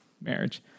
Marriage